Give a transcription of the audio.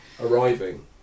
arriving